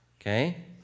okay